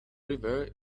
river